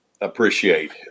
appreciate